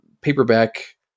paperback